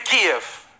give